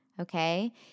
okay